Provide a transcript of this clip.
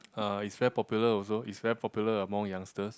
uh is very popular also is very popular among youngsters